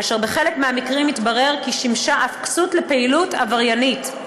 אשר בחלק מהמקרים התברר כי שימשה אף כסות לפעילות עבריינית,